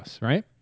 Right